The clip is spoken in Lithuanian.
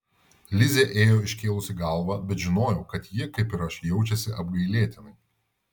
lizė ėjo iškėlusi galvą bet žinojau kad ji kaip ir aš jaučiasi apgailėtinai